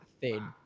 thin